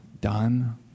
done